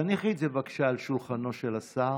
תניחי את זה, בבקשה, על שולחנו של השר.